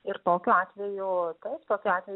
ir tokiu atveju taip tokiu atveju